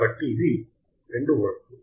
కాబట్టి ఇది 2 వోల్ట్లు